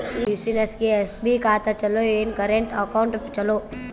ಈ ಬ್ಯುಸಿನೆಸ್ಗೆ ಎಸ್.ಬಿ ಖಾತ ಚಲೋ ಏನು, ಕರೆಂಟ್ ಅಕೌಂಟ್ ಚಲೋ?